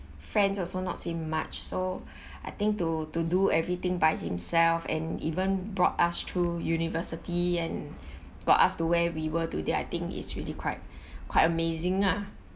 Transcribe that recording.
friends also not say much so I think to to do everything by himself and even brought us to university and brought us to where we were today I think it's really quite quite amazing lah